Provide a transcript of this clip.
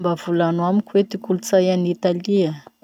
Mba volano amiko ty kolotsay any Italia?